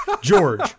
George